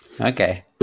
Okay